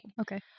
Okay